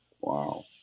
Wow